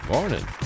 Morning